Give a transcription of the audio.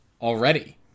already